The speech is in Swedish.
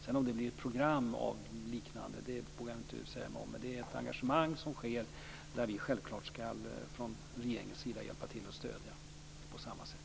Om det sedan blir ett program eller något liknande vill jag inte uttala mig om, men det sker ett engagemang där vi från regeringen självfallet ska hjälpa till och stödja på samma sätt.